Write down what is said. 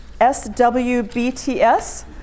SWBTS